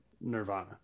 Nirvana